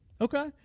okay